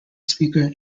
speaker